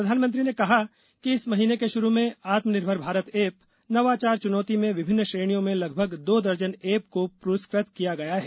प्रधानमंत्री ने कहा कि इंस महीने के शुरू में आत्म निर्भर भारत ऐप नवाचार चुनौती में विभिन्न श्रेणियों में लगभग दो दर्जन ऐप को पुरस्कृत किया गया है